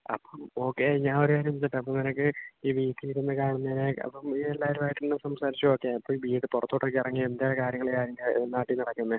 അപ്പം ഓക്കെ ഞാൻ ഒരു കാര്യം ചോദിക്കട്ടെ അപ്പോൾ നിനക്ക് ഈ വീട്ടിലിരുന്ന് കാണുന്നതിനെ അപ്പം നീ എല്ലാരുമായിട്ടൊന്ന് സംസാരിച്ച് നോക്കിയേ അപ്പോൾ വീടിനു പുറത്തോട്ടൊക്കെ ഇറങ്ങി എന്തെല്ലാം കാര്യങ്ങളാണ് നാട്ടിൽ നടക്കുന്ന